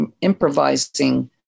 improvising